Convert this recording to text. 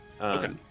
Okay